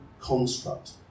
construct